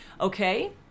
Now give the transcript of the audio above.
Okay